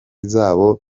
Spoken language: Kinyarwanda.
zabo